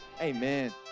Amen